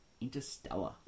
Interstellar